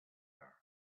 dark